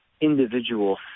individual